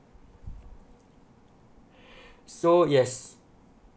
so yes